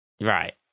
Right